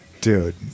dude